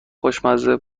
خوشمزه